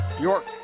York